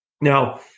Now